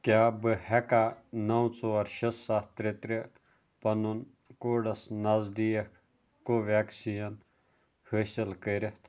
کیٛاہ بہٕ ہٮ۪ککا نَو ژور شےٚ سَتھ ترٛےٚ ترٛےٚ پَنُن کوڈَس نزدیٖک کو وٮ۪کسیٖن حٲصِل کٔرِتھ